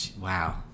wow